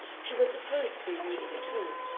she was supposed to be reading at home,